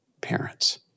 parents